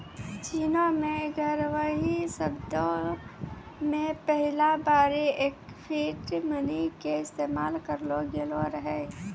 चीनो मे ग्यारहवीं शताब्दी मे पहिला बेरी फिएट मनी के इस्तेमाल करलो गेलो रहै